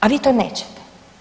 A vi to nećete.